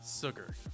Sugar